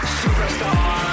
superstar